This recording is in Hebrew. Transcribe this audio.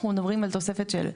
אנחנו מדברים על תוספת של,